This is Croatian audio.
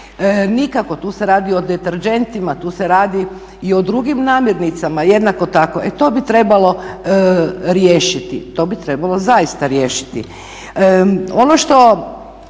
nikako. Tu se radi o deterdžentima, tu se radi i o drugim namirnicama jednako tako, e to bi trebalo riješiti, to bi trebalo zaista riješiti. Ono što